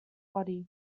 body